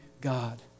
God